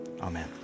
Amen